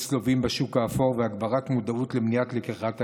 לווים בשוק האפור והגברת מודעות למניעת לקיחת הלוואות.